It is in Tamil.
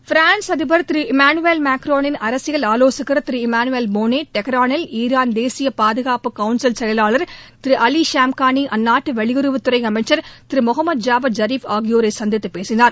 பிரான்ஸ் அதிபர் திரு இம்மானுவேல் மெக்ரோளின் அரசியல் ஆலோசகர் திரு இம்மானுவேல் போன் டெஹ்ராளில் ஈரான் தேசிய பாதுகாப்பு கவுன்சில் செயலாளர் திரு அலி ஷம்கானி அந்நாட்டு வெளியுறவுத்துறை அமைச்சர் திரு முகமது ஜாவத் ஜீஃப் ஆகியோரை சந்தித்து பேசினார்